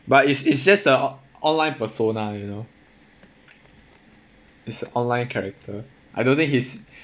but it's it's just a on~ online persona you know it's a online character I don't think his